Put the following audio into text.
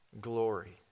glory